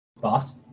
Boss